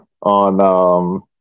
on